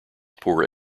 poor